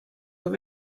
were